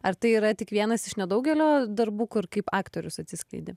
ar tai yra tik vienas iš nedaugelio darbų kur kaip aktorius atsiskleidi